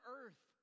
earth